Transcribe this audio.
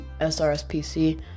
SRSPC